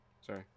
Sorry